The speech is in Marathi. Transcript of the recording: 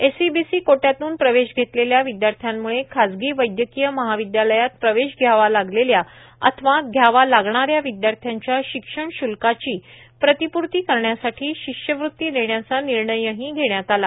एसईबीसी कोट्यातून प्रवेश घेतलेल्या र्यावद्याथ्यामुळे खाजगी वैद्यकांय महार्ावद्यालयात प्रवेश घ्यावा लागलेल्या अथवा घ्यावा लागणाऱ्या शिक्षण शुल्काची प्रातपूर्ता करण्यासाठी शिष्यवृत्ती देण्याचा र्मिणयही घेण्यात आला